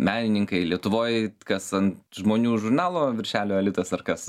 menininkai lietuvoj kas an žmonių žurnalo viršelio elitas ar kas